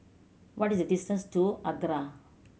what is the distance to ACRA